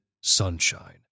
sunshine